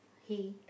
hay